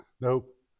nope